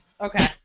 Okay